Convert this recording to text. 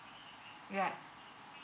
yeah